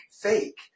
fake